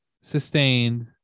sustained